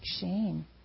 shame